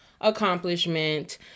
accomplishment